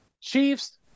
Chiefs